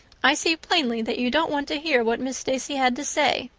i see plainly that you don't want to hear what miss stacy had to say.